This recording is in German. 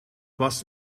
was